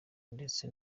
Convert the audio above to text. ndetse